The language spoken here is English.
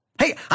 Hey